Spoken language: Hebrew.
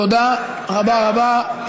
תודה רבה רבה.